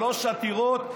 שלוש עתירות,